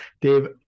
Dave